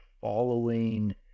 following